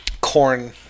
corn